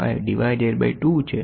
005 divided by 2 છે